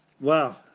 wow